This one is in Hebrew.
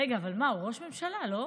רגע, אבל מה, הוא ראש ממשלה, לא?